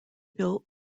built